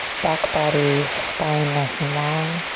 back body, spine nice and long.